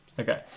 Okay